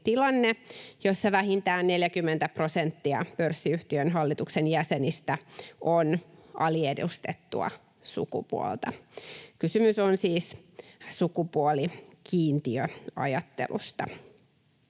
jossa vähintään 40 prosenttia pörssiyhtiön hallituksen jäsenistä on aliedustettua sukupuolta. Kysymys on siis sukupuolikiintiöajattelusta.